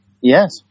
Yes